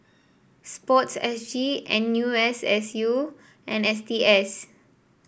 sports S G N U S S U and S T S